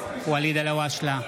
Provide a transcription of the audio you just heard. נגד ואליד אלהואשלה,